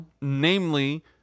Namely